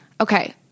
Okay